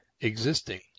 existing